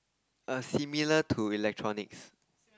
a similar to electronics